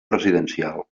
residencial